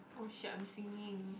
oh shit I'm singing